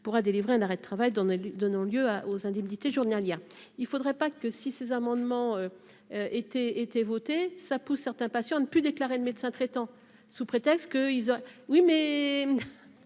pourra délivrer un arrêt de travail dans les lui donnant lieu à aux indemnités journalières il faudrait pas que si ces amendements étaient été voté ça pousse certains patients à ne plus déclaré de médecin traitant sous prétexte que ils ont oui mais